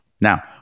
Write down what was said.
Now